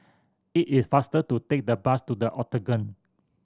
it is faster to take the bus to The Octagon